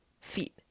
feet